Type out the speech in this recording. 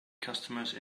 customers